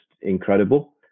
incredible